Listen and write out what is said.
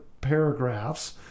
paragraphs